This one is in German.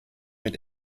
mit